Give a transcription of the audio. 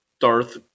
Darth